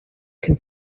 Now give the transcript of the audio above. can